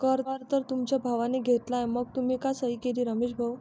कर तर तुमच्या भावाने घेतला आहे मग तुम्ही का सही केली रमेश भाऊ?